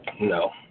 No